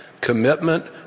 commitment